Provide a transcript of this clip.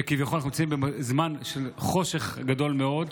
שכביכול אנחנו נמצאים בזמן של חושך גדול מאוד,